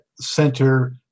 center